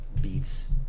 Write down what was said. beats